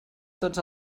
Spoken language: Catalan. tots